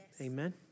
Amen